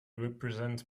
represent